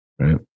right